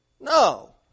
No